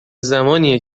زمانیه